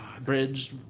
bridge